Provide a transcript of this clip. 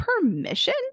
permission